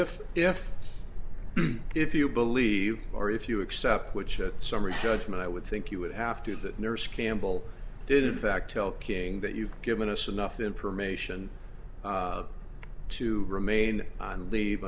if if if you believe or if you accept which a summary judgment i would think you would have to that nurse campbell didn't fact tell king that you've given us enough information to remain on leave